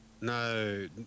No